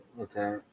Okay